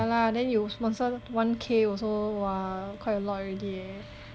yeah lah then you sponsor one K also !wah! quite a lot already leh